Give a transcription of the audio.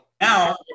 now